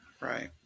Right